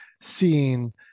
seeing